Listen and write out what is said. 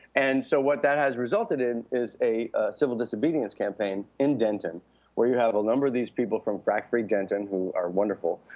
and so what that has resulted in is a civil disobedience campaign in denton where you have a number of these people from frack free denton who are wonderful.